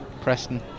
Preston